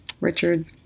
Richard